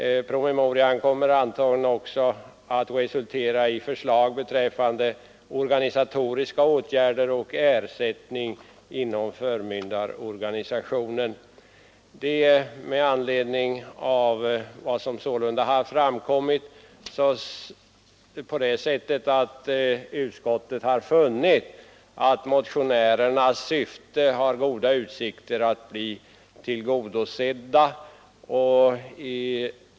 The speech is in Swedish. Promemorian kommer antagligen också att resultera i förslag beträffande organisatoriska Utskottet har sålunda funnit att motionärernas syfte har goda utsikter att bli tillgodosett.